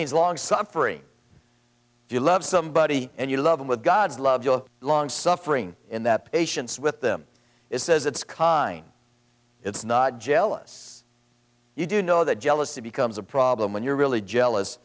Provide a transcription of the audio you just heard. means long suffering if you love somebody and you love them with god's love your long suffering in that patience with them it says it's kind it's not jealous you do know that jealousy becomes a problem when you're really jealous